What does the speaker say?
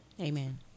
Amen